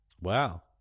Wow